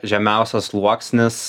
žemiausias sluoksnis